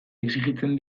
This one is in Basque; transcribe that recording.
exijitzen